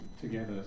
together